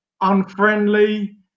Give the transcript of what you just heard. unfriendly